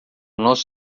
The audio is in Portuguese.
nosso